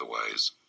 otherwise